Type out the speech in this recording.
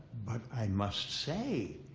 but i must say,